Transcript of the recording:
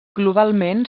globalment